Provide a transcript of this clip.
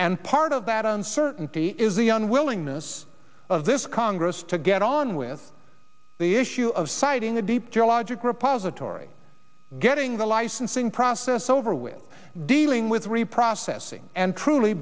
and part of that uncertainty is the unwillingness of this congress to get on with the issue of siting a deep theological repository getting the licensing process over with dealing with reprocessing and truly